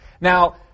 Now